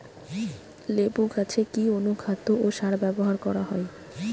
লেবু গাছে কি অনুখাদ্য ও সার ব্যবহার করা হয়?